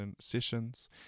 sessions